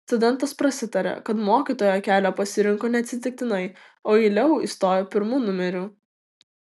studentas prasitaria kad mokytojo kelią pasirinko neatsitiktinai o į leu įstojo pirmu numeriu